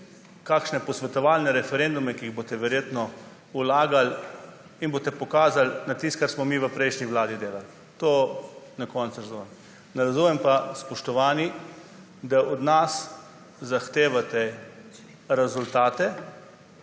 kakšne posvetovalne referendume, ki jih boste verjetno vlagali in boste pokazali na tisto, kar smo mi v prejšnji vladi delali. To na koncu razumem. Ne razumem pa, spoštovani, da od nas zahtevate rezultate,